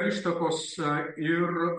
ištakos ir